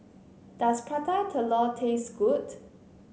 does Prata Telur taste good